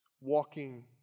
walking